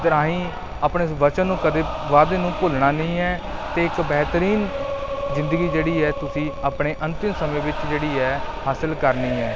ਦੇ ਰਾਹੀਂ ਆਪਣੇ ਇਸ ਵਚਨ ਨੂੰ ਕਦੇ ਵਾਅਦੇ ਨੂੰ ਭੁੱਲਣਾ ਨਹੀਂ ਹੈ ਅਤੇ ਇੱਕ ਬਿਹਤਰੀਨ ਜ਼ਿੰਦਗੀ ਜਿਹੜੀ ਹੈ ਤੁਸੀਂ ਆਪਣੇ ਅੰਤਿਮ ਸਮੇਂ ਵਿੱਚ ਜਿਹੜੀ ਹੈ ਹਾਸਿਲ ਕਰਨੀ ਹੈ